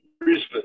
Brisbane